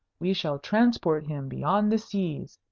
we shall transport him beyond the seas,